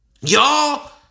y'all